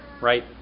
Right